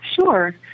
Sure